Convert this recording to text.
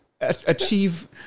achieve